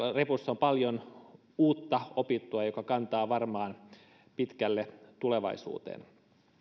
repussa on paljon uutta opittua joka kantaa varmaan pitkälle tulevaisuuteen